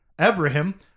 Abraham